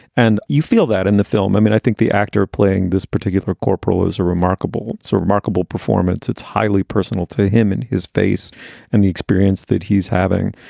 and you feel that in the film? i mean, i think the actor playing this particular corporal is a remarkable, so remarkable performance. it's highly personal to him and his face and the experience that he's having,